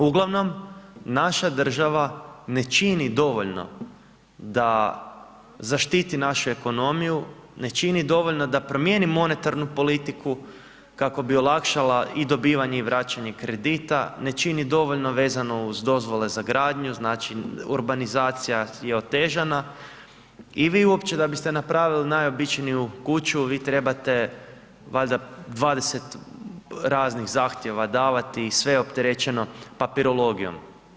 Uglavnom, naša država ne čini dovoljno da zaštiti našu ekonomiju, ne čini dovoljno da promijeni monetarnu politiku kako bi olakšala i dobivanje i vraćanje kredita, ne čini dovoljno vezano uz dozvole za gradnju, znači, urbanizacija je otežana i vi uopće da biste napravili najobičniju kuću vi trebate valjda 20 raznih zahtjeva davati i sve je opterećeno papirologijom.